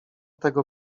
tego